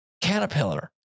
Caterpillar